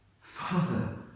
Father